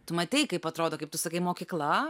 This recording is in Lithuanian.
tu matei kaip atrodo kaip tu sakai mokykla